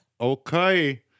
Okay